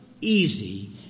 easy